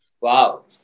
Wow